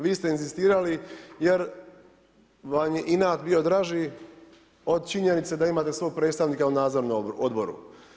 Vi ste inzistirali, jer vam je inat bio draži, od činjenice, da imate svog predstavnika u nadzornom odboru.